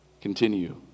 continue